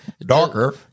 darker